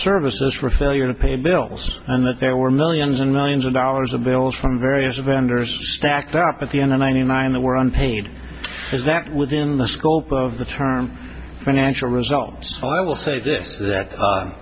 services for failure to pay bills and that there were millions and millions of dollars of bills from various vendors stacked up at the end of ninety nine that were unpaid is that within the scope of the term financial results i will say th